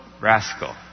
rascal